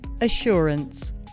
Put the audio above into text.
assurance